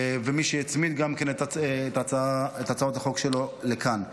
ומי שהצמיד גם את הצעות החוק שלו לכאן.